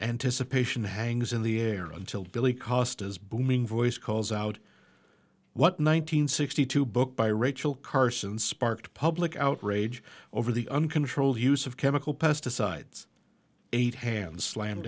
anticipation hangs in the air until billy costas booming voice calls out what one nine hundred sixty two book by rachel carson sparked public outrage over the uncontrolled use of chemical pesticides eight hands slam